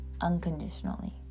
unconditionally